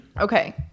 Okay